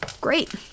great